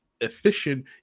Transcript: efficient